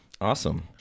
Awesome